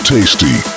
Tasty